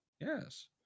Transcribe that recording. Yes